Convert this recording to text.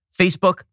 Facebook